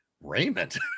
Raymond